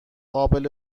قابل